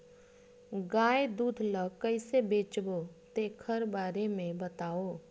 गाय दूध ल कइसे बेचबो तेखर बारे में बताओ?